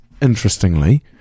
interestingly